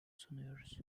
sunuyoruz